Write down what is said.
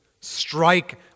strike